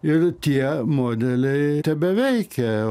ir tie modeliai tebeveikia